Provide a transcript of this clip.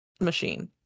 machine